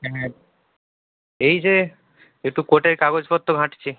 হ্যাঁ এই যে একটু কোর্টের কাগজপত্র ঘাঁটছি